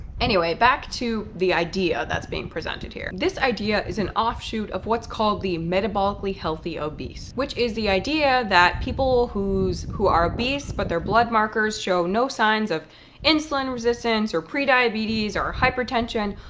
anyway, back to the idea that's being presented here. this idea is an offshoot of what's called the metabolically healthy obese. which is the idea that people who are obese but their blood markers show no signs of insulin resistance or prediabetes or hypertension,